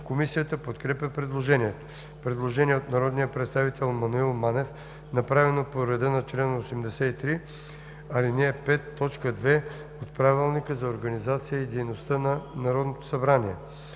Комисията подкрепя предложението. Предложение на народния представител Маноил Манев, направено по реда на чл. 83, ал. 5, т. 2 от Правилника за организацията и дейността на Народното събрание.